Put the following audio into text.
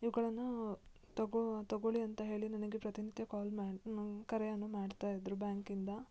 ಇವುಗಳನ್ನ ತಗೋ ತಗೊಳ್ಳಿ ಅಂತ ಹೇಳಿ ನನಗೆ ಪ್ರತಿ ನಿತ್ಯ ಕಾಲ್ ಮಾಡಿ ನಂಗೆ ಕರೆಯನ್ನು ಮಾಡ್ತಾ ಇದ್ದರು ಬ್ಯಾಂಕಿಂದ